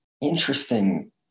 interesting